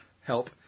help